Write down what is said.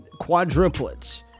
Quadruplets